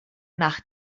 nach